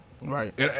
Right